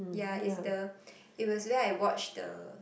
ya is the it was where I watch the